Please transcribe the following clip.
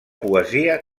poesia